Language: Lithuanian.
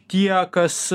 tie kas